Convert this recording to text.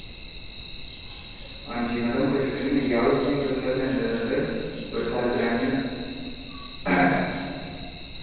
हांजी मैडम कोई चक्कर नि मिली जाग तुसें दस ज्हार दे अंदर अंदर बड़े सारे ब्रैंड न